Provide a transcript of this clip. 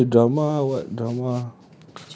then the drama what drama